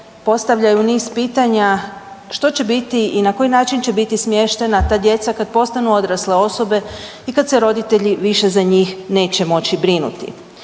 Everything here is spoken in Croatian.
postavljaju niz pitanja što će biti i na koji način će biti smještena ta djeca kad postanu odrasle osobe i kad se roditelji više za njih neće moći brinuti.